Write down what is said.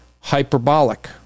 hyperbolic